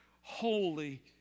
holy